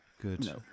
Good